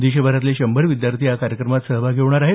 देशभरातले शंभर विद्यार्थी या कार्यक्रमात सहभागी होणार आहेत